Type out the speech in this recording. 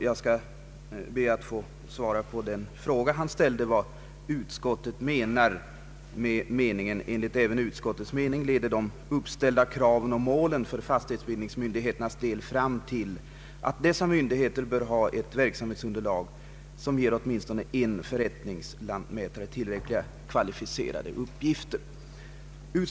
Jag skall be att få svara på den fråga herr Petersson ställde, nämligen om vad utskottet menar med uttalandet att enligt dess mening ”leder de uppställda kraven och målen för fastighetsbildningsmyndigheternas del fram till att dessa myndigheter bör ha ett verksamhetsunderlag som ger åtminstone en förrättningslantmätare tillräckliga, kvalificerade uppgifter”.